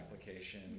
application